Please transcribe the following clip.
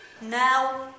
now